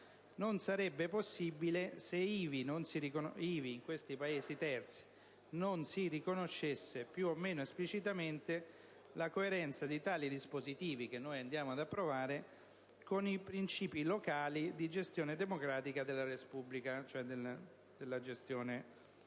non sarebbe possibile se nei Paesi terzi non si riconoscesse, più o meno esplicitamente, la coerenza di tali dispositivi che andiamo ad approvare con i principi locali di gestione democratica della *res publica*, cioè della gestione degli